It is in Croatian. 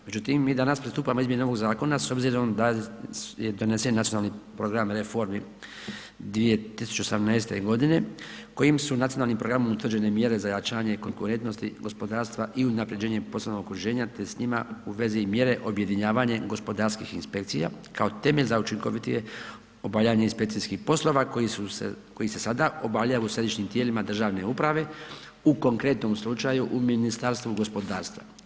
Međutim, mi danas pristupamo izmjenama ovog zakona s obzirom da je donesen nacionalni program reformi 2018. godine kojim su nacionalnim programom utvrđene mjere za jačanje konkurentnosti gospodarstva i unapređenje poslovnog okruženja te s njima u vezi i mjere objedinjavanjem gospodarskih inspekcija kao temelj za učinkovitije obavljanje inspekcijskih poslova koji se sada obavljaju u središnjim tijelima državne uprave, u konkretnom slučaju u Ministarstvu gospodarstva.